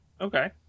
Okay